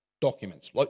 documents